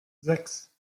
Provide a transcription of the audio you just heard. sechs